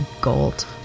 gold